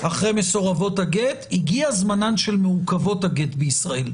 ואחרי מסורבות הגט הגיע זמנן של מעוכבות הגט בישראל.